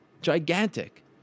gigantic